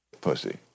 pussy